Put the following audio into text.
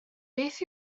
beth